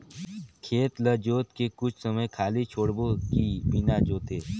खेत ल जोत के कुछ समय खाली छोड़बो कि बिना जोते?